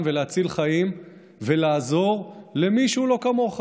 ולהציל חיים ולעזור למי שהוא לא כמוך,